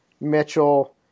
Mitchell